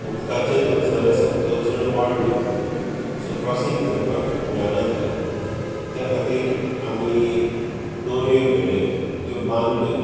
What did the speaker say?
उदकाचे जो झर आसा तो जर वाडलो सो क्रोसींग करपाक मेळना जालें त्या खातीर आमी दोरयो व्हेल्ल्यो त्यो बांदल्यो